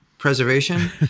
preservation